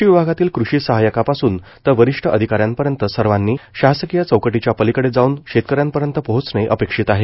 कृषी विभागातील कृषी सहायकापासून तर वरिष्ठ अधिकाऱ्यांपर्यंत सर्वांनी शासकीय चौकटीच्या पलिकडे जावून शेतकऱ्यांपर्यंत पोहचणे अपेक्षित आहे